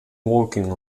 working